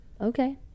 okay